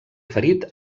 ferit